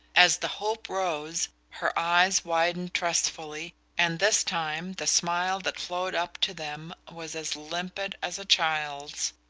as the hope rose her eyes widened trustfully, and this time the smile that flowed up to them was as limpid as a child's.